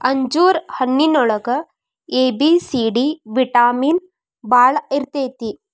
ಅಂಜೂರ ಹಣ್ಣಿನೊಳಗ A, B, C, D vitamin ಬಾಳ ಇರ್ತೈತಿ